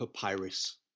papyrus